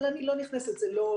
אבל אני לא נכנסת לזה כרגע,